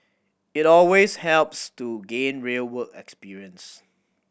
it always helps to gain real work experience